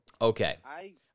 Okay